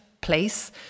place